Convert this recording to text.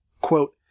quote